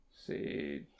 See